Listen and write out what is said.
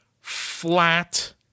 flat